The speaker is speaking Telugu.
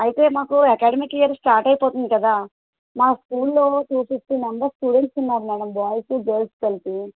అయితే మాకు అకాడమిక్ ఇయర్ స్టార్ట్ అయిపోతుంది కదా మా స్కూల్లో టూ ఫిఫ్టీ మెంబర్స్ స్టూడెంట్స్ ఉన్నారు మేడం బాయ్స్ గర్ల్స్ కలిపి